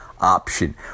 option